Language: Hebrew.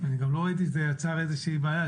אני גם לא ראיתי שזה יצר איזה שהיא בעיה,